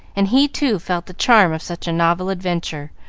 and he, too, felt the charm of such a novel adventure,